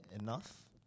enough